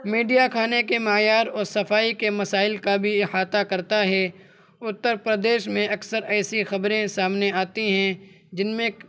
media کھانے کے معیار اور صفائی کے مسائل کا بھی احاطہ کرتا ہے اتر پردیش میں اکثر ایسی خبریں سامنے آتی ہیں جن میں